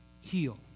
heal